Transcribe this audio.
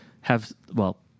have—well